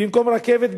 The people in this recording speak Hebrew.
במקום רכבת,